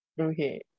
Okay